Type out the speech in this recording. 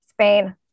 Spain